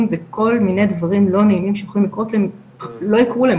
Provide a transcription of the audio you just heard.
וכל מיני דברים לא נעימים שיכולים לקרות להם לא יקרו להם,